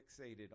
fixated